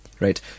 Right